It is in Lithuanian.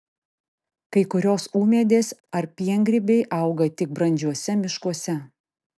kai kurios ūmėdės ar piengrybiai auga tik brandžiuose miškuose